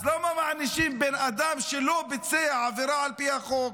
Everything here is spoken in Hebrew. אז למה מענישים בן אדם שלא ביצע עבירה על פי החוק?